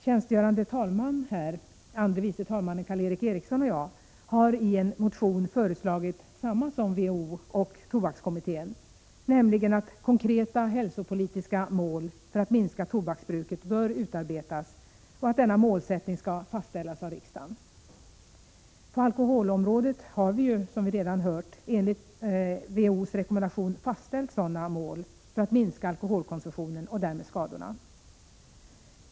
Tjänstgörande talmannen, andre vice talman Karl Erik Eriksson och jag har i en motion föreslagit detsamma som WHO och tobakskommittén, nämligen att konkreta hälsopolitiska mål för att minska tobaksbruket bör utarbetas och att denna målsättning skall fastställas av riksdagen. På alkoholområdet har, som vi redan hört, enligt WHO:s rekommendation sådana mål fastställts för att minska alkoholkonsumtionen och därmed skadorna.